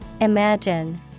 Imagine